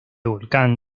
volcán